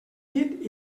llit